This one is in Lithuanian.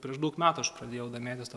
prieš daug metų aš pradėjau domėtis tuo